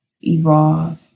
evolve